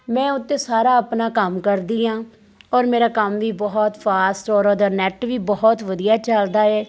ਮੈਂ ਉਹ 'ਤੇ ਸਾਰਾ ਆਪਣਾ ਕੰਮ ਕਰਦੀ ਹਾਂ ਔਰ ਮੇਰਾ ਕੰਮ ਵੀ ਬਹੁਤ ਫਾਸਟ ਔਰ ਉਹਦਾ ਨੈਟ ਵੀ ਬਹੁਤ ਵਧੀਆ ਚੱਲਦਾ ਹੈ